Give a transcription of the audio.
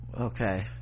okay